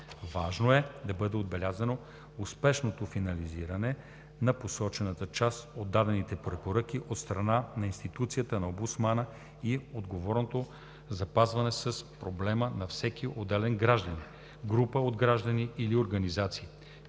Важно е да бъде отбелязано успешното финализиране на посочената част от дадените препоръки от страна на Институцията на омбудсмана и отговорното запознаване с проблема на всеки отделен гражданин, група от граждани или организации.